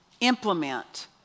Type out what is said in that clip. implement